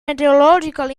meteorological